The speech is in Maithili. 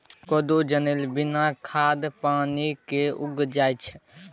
कोदो जनेर बिना खाद पानिक उगि जाएत छै